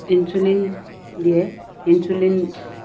insulin দিয়ে insulin